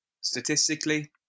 Statistically